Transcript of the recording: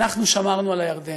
אנחנו שמרנו על הירדנים.